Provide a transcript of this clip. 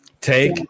Take